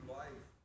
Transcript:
life